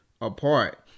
apart